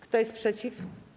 Kto jest przeciw?